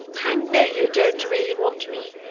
i know you don't really want me,